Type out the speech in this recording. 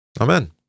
Amen